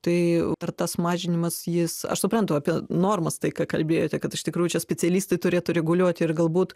tai ar tas mažinimas jis aš suprantu apie normas tai ką kalbėjote kad iš tikrųjų čia specialistai turėtų reguliuoti ir galbūt